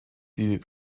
die